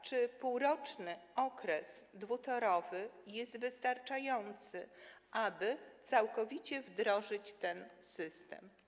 Czy półroczny okres dwutorowy jest wystarczający, aby całkowicie wdrożyć ten system?